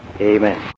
Amen